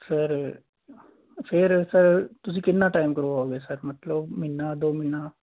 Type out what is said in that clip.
sir ਫਿਰ sir ਤੁਸੀਂ ਕਿੰਨਾ ਟਾਈਮ ਕਰਵਾਓਗੇ ਸਰ ਮਤਲਬ ਮਹੀਨਾ ਦੋ ਮਹੀਨਾ